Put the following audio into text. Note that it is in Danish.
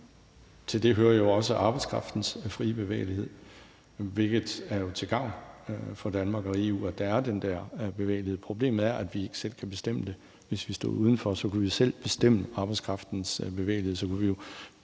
Til det hører jo også arbejdskraftens frie bevægelighed, og det er jo til gavn for Danmark og EU, at der er den der bevægelighed. Problemet er, at vi ikke selv kan bestemme det. Hvis vi stod udenfor, kunne vi jo selv bestemme arbejdskraftens bevægelighed,